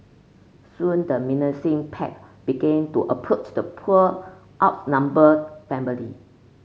soon the menacing pack began to approach the poor outnumbered family